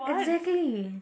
exactly